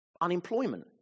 Unemployment